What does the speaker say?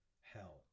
hell